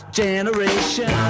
generation